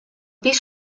pis